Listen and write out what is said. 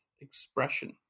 expression